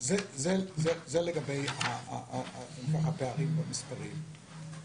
זה לגבי הפערים במספרים.